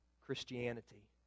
Christianity